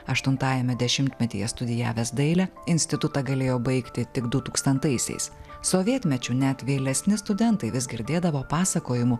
aštuntajame dešimtmetyje studijavęs dailę institutą galėjo baigti tik dutūkstantaisiais sovietmečiu net vėlesni studentai vis girdėdavo pasakojimų